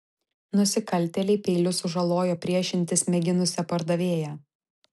nusikaltėliai peiliu sužalojo priešintis mėginusią pardavėją